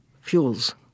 fuels